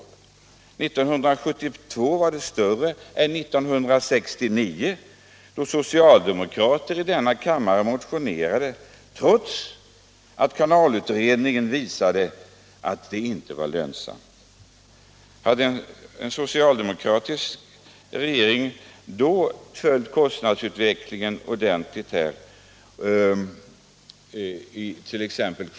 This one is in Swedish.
1972 var den större än 1969, då socialdemokraterna i denna kammare motionerade — trots att kanalutredningen visat att det inte var lönsamt med en utbyggnad. Hade en socialdemokratisk regering då följt kostnadsutvecklingen ordentligt —t.ex.